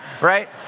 right